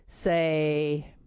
say